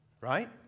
right